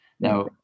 Now